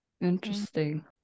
interesting